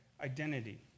identity